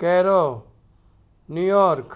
કેરો New York